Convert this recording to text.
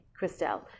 christelle